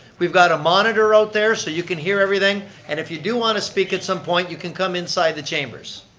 we've got a monitor out there so you can hear everything and if you do want to speak at some point, you can come inside the chambers.